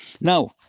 now